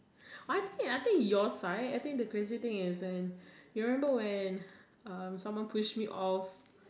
I think I think your side I think the crazy thing is when you remember when someone pushed me off